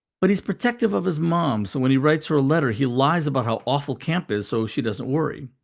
but he's protective of his mom so when he writes her a letter, he lies about how awful camp is so she doesn't worry.